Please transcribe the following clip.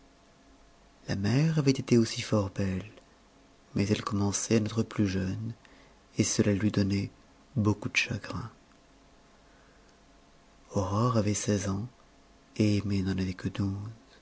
la mère avait été aussi fort belle mais elle commençait à n'être plus jeune et cela lui donnait beaucoup de chagrin aurore avait seize ans et aimée n'en avait que douze